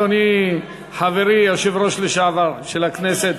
אדוני חברי היושב-ראש לשעבר של הכנסת.